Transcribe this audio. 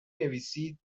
نویسید